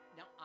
Now